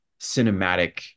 cinematic